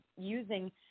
using